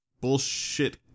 Bullshit